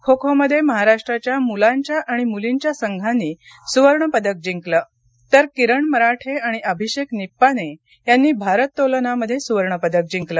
खोखोमध्ये महाराष्ट्राच्या मुलांच्या आणि मुलींच्या संघांनी सुवर्णपदक जिंकलं तर किरण मराठे आणि अभिषेक निप्पाने यांनी भारत्तोलनमध्ये सुवर्ण पदक जिंकलं